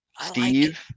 Steve